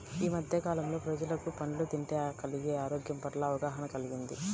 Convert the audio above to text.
యీ మద్దె కాలంలో ప్రజలకు పండ్లు తింటే కలిగే ఆరోగ్యం పట్ల అవగాహన కల్గింది